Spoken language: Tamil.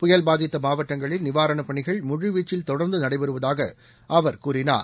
புயல் பாதித்த மாவட்டங்களில் நிவாரணப் பணிகள் முழுவீச்சில் தொடர்ந்து நடைபெறுவதாக அவர் கூறினார்